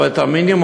אבל את המינימום,